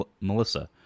Melissa